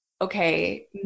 okay